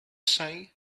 say